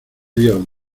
dios